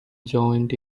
joint